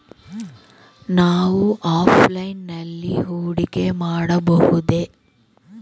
ನಾವು ಆಫ್ಲೈನ್ ನಲ್ಲಿ ಹೂಡಿಕೆ ಮಾಡಬಹುದೇ?